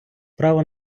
право